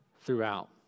throughout